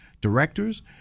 directors